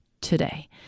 today